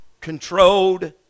controlled